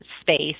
space